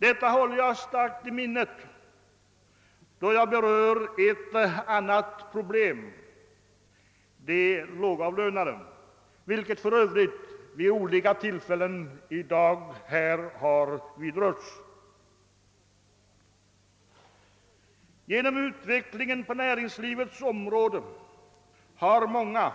Detta har jag starkt i minnet, då jag berör ett annat problem, nämligen de lågavlönade, vilket problem för övrigt har vidrörts här i dag vid flera tillfällen. Genom den utveckling som skett på näringslivets område har många,